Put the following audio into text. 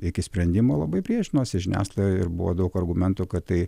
iki sprendimo labai priešinosi žiniasklaida ir buvo daug argumentų kad tai